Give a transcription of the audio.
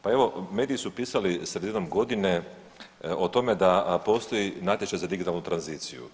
Pa evo, mediji su pisali sredinom godine o tome da postoji natječaj za digitalnu tranziciju.